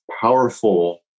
powerful